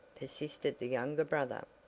persisted the younger brother.